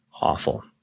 awful